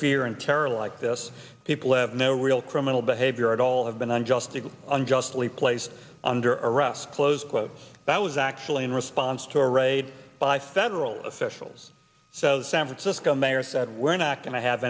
terror like this people have no real criminal behavior at all have been unjustly unjustly placed under arrest close quote that was actually in response to a raid by federal officials so san francisco mayor said we're not going to have